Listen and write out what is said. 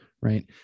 Right